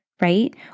right